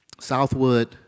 Southwood